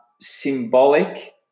symbolic